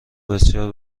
بسیار